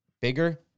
bigger